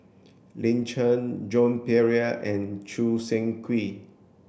Lin Chen Joan Pereira and Choo Seng Quee